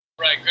Right